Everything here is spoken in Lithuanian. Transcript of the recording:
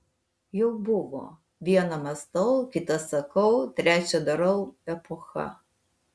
jau buvo viena mąstau kita sakau trečia darau epocha